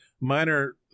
Minor